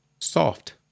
Soft